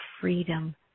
freedom